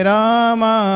Rama